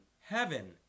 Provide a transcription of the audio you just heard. heaven